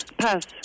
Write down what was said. Pass